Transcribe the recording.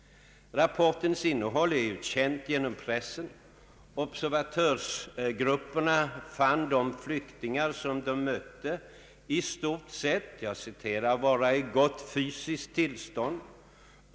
Rapportens innehåll är ju känt genom pressen. Observatörsgrupperna fann de flyktingar, som de mötte, ”i stort sett vara i gott fysiskt tillstånd”.